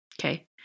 okay